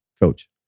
coach